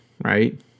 right